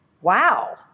wow